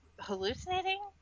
hallucinating